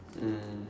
mm